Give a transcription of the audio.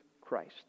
Christ